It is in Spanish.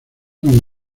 con